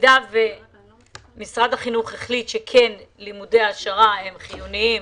במידה ומשרד החינוך החליט שלימודי העשרה הם חיוניים